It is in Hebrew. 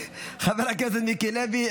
חבר הכנסת מיקי לוי,